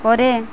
ପରେ